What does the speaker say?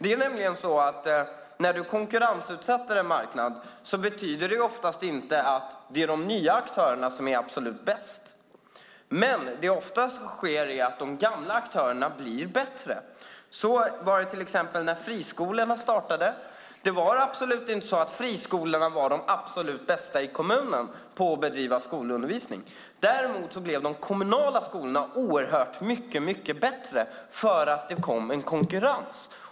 När man konkurrensutsätter en marknad betyder det oftast inte att de nya aktörerna är absolut bäst, men det som oftast sker är att de gamla aktörerna blir bättre. Så var det till exempel när friskolorna startade. Det var inte friskolorna som var de absolut bästa i kommunen, däremot blev de kommunala skolorna mycket bättre för att det kom en konkurrens.